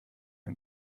ein